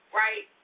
right